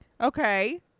Okay